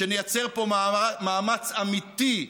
ושנייצר פה מאמץ אמיתי,